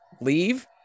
leave